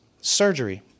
surgery